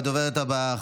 הדוברת הבאה,